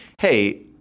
Hey